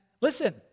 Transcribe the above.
listen